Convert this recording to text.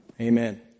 Amen